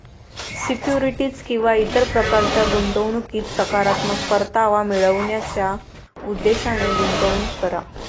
securities किंवा इतर प्रकारच्या गुंतवणुकीत सकारात्मक परतावा मिळवण्याच्या उद्देशाने गुंतवणूक करा